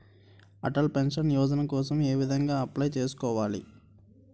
Atal pension యోజన కోసం ఏ విధంగా అప్లయ్ చేసుకోవాలి?